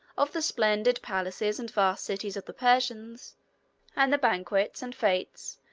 of the splendid palaces and vast cities of the persians and the banquets, and fetes,